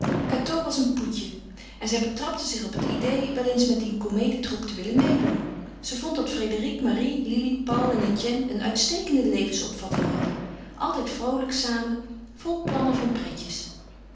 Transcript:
cateau was een poetje en zij betrapte zich op het idée wel eens met dien komedietroep te willen meêdoen ze vond dat frédérique marie lili paul en etienne een uitstekende levensopvatting hadden altijd vroolijk samen vol plannen van pretjes